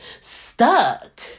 stuck